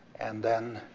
and then